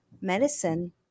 medicine